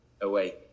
away